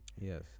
Yes